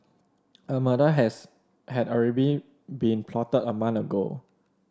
a murder has had already been plotted a month ago